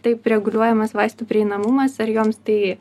taip reguliuojamas vaistų prieinamumas ar joms tai